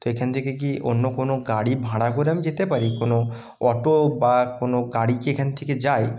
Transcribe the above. তো এখান থেকে কি অন্য কোনো গাড়ি ভাড়া করে আমি যেতে পারি কোনো অটো বা কোনো গাড়ি কি এখান থেকে যায়